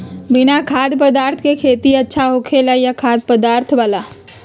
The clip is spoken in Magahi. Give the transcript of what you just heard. बिना खाद्य पदार्थ के खेती अच्छा होखेला या खाद्य पदार्थ वाला?